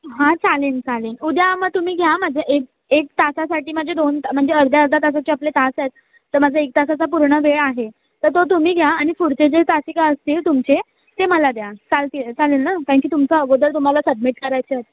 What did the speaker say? हां चालेल चालेल उद्या मग तुम्ही घ्या माझ्या एक एक तासासाठी माझे दोन ता म्हणजे अर्ध्या अर्ध्या तासाचे आपले तास आहेत तर माझा एक तासाचा पूर्ण वेळ आहे तर तो तुम्ही घ्या आणि पुढचे जे तासिका असतील तुमचे ते मला द्या चालतील चालेल ना कारण की तुमचं अगोदर तुम्हाला सबमिट करायचे आहेत